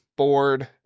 board